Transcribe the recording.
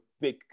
big